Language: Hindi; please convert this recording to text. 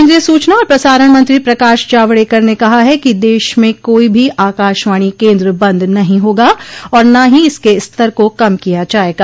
केन्द्रीय सूचना और प्रसारण मंत्री प्रकाश जावड़ेकर ने कहा है कि देश में कोई भी आकाशवाणी केंद्र बंद नहीं होगा और न ही इसके स्तर को कम किया जाएगा